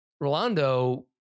Rolando